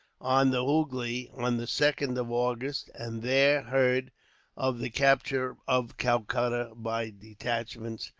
on the hoogly, on the second of august, and there heard of the capture of calcutta. by detachments,